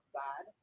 bad